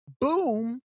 Boom